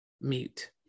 mute